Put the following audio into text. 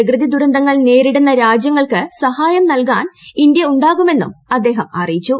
പ്രകൃതി ദുരന്തങ്ങൾ നേരിടുന്ന രാജ്യങ്ങൾക്ക് സഹായം നൽകാൻ ഇന്ത്യ ഉണ്ടാകുമെന്നും അദ്ദേഹം അറിയിച്ചു